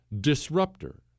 disruptor